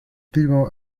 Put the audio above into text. primo